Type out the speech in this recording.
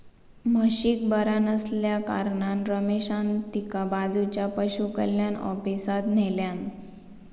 म्हशीक बरा नसल्याकारणान रमेशान तिका बाजूच्या पशुकल्याण ऑफिसात न्हेल्यान